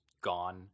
gone